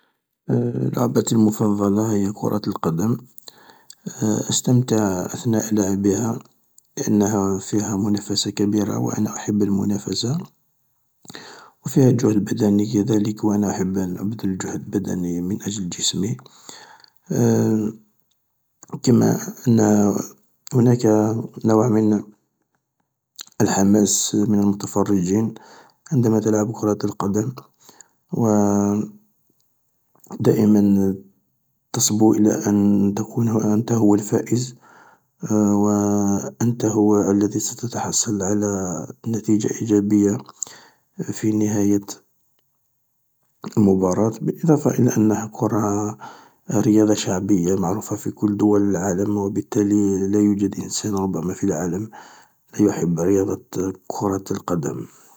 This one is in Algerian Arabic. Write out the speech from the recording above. لعبتي المفضلة هي كرة القدم، أستمتع أثناء اللعب بها لأنها فيها منافسة كبيرة وانا أحب المنافسة وفيها جهد بدني كذلك و انا احب ان ابذل جهد بدني من اجل جسمي كما ان هناك نوع من الحماس من المتفرجين عندما تلعب كرة القدم و دائما تصبو الى ان تكون انت هو الفائز و انت هو الذي ستتحصل على نتيجة ايجابية في نهاية المباراة بالإضافة إلى انها الكرة رياضة شعبية معروفة في كل دول العالم و ربما لا يوجد لا يوجد انسان في العالم لا يحب رياضة كرة القدم.